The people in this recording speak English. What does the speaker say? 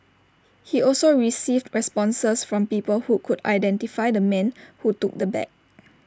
he also received responses from people who could identify the man who took the bag